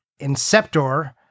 Inceptor